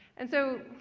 and so,